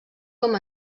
com